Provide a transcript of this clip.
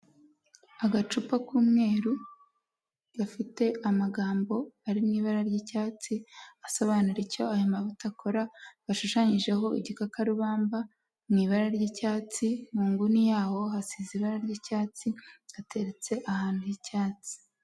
Agacupa k'umweru gafite amagambo ari mu ibara ry'icyatsi asobanura icyo aya mavuta akora, hashushanyijeho igikakarubamba mu ibara ry'icyatsi, mu nguni yaho hasize ibara ry'icyatsi ateretse ahantu h'icyatsi.